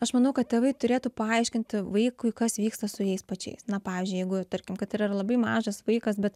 aš manau kad tėvai turėtų paaiškinti vaikui kas vyksta su jais pačiais na pavyzdžiui jeigu tarkim kad yra ir labai mažas vaikas bet